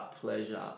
pleasure